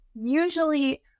usually